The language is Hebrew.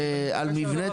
על מבני תנועות נוער.